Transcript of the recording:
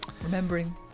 remembering